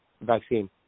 vaccine